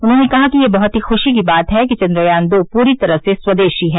उन्होंने कहा कि यह बहुत खुशी की बात है कि चंद्रयान दो पूरी तरह से स्वदेशी है